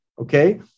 Okay